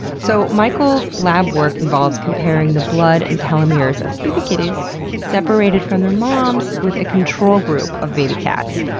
so mikel's lab work involves comparing the blood and telomeres of baby kittehs separated from their moms with a control group of baby cats.